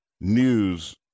news